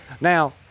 Now